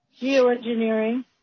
geoengineering